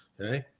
Okay